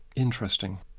interesting.